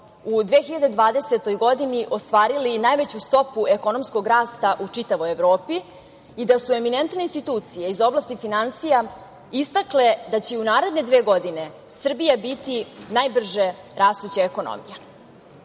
u 2020. godini ostvarili najveću stopu ekonomskog rasta u čitavoj Evropi i da su eminentne institucije iz oblasti finansija istakle da će u naredne dve godine Srbija biti najbrže rastuća ekonomija. Podsetiću